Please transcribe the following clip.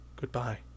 goodbye